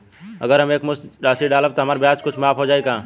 अगर हम एक मुस्त राशी डालब त हमार ब्याज कुछ माफ हो जायी का?